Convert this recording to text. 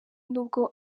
n’ubwo